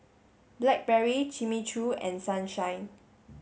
Blackberry Jimmy Choo and Sunshine